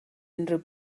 unrhyw